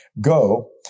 go